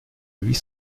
huit